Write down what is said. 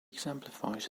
exemplifies